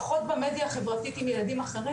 פחות במדיה החברתית עם ילדים אחרים,